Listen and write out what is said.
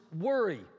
worry